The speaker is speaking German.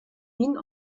wien